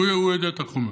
הוא יודע את החומר.